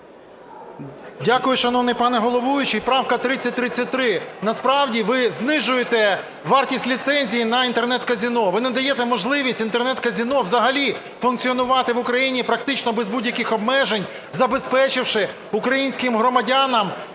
Дякую. Шановний пане головуючий, правка 3033. Насправді ви знижуєте вартість ліцензії на Інтернет-казино, ви не даєте можливість Інтернет-казино взагалі функціонувати в Україні і, практично без будь-яких обмежень забезпечивши українським громадянам